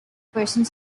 personal